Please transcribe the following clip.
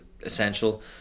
essential